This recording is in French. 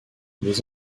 les